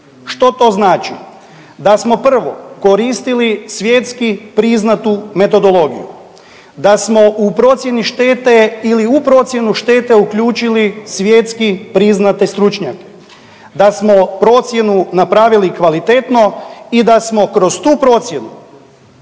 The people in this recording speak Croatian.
Što to znači? Da smo prvo koristili svjetski priznatu metodologiju, da smo u procjeni štete ili u procjenu štete uključili svjetski priznate stručnjake, da smo procjenu napravili kvalitetno i da smo kroz tu procjenu,